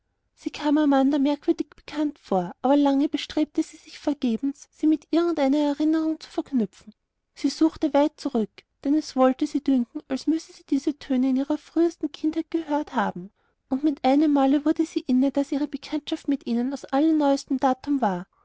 sie kam amanda merkwürdig bekannt vor aber lange bestrebte sie sich vergebens sie mit irgendeiner erinnerung zu verknüpfen sie suchte zu weit zurück denn es wollte sie bedünken als müsse sie diese töne in ihrer frühesten kindheit gehört haben und mit einem male wurde sie inne daß ihre bekanntschaft mit ihnen aus allerneustem datum war